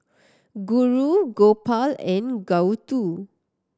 Guru Gopal and Gouthu